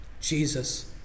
Jesus